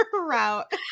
route